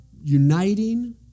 uniting